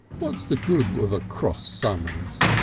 what's the good of a cross summons?